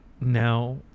Now